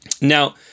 Now